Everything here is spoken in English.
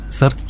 sir